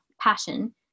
passion